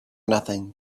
nothing